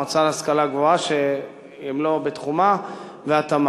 המועצה להשכלה גבוהה שהם לא בתחומה והתמ"ת.